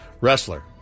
Wrestler